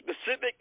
specific